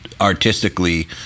artistically